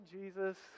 Jesus